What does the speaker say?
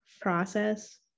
process